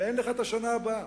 ואין לך את השנה הבאה.